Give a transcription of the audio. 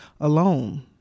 alone